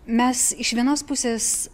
mes iš vienos pusės